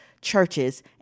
churches